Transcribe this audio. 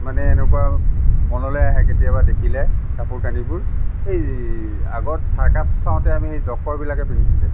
মানে এনেকুৱা মনলৈ আহে কেতিয়াবা দেখিলে কাপোৰ কানিবোৰ এই আগত চাৰ্কাছ চাওঁতে আমি সেই জ'কৰ বিলাকে পিন্ধিছিলে